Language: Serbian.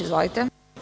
Izvolite.